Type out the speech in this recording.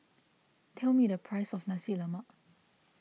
tell me the price of Nasi Lemak